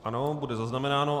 Ano, bude zaznamenáno.